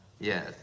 Yes